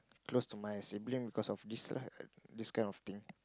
close to my sibling because of this lah this kind of thing